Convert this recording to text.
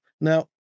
Now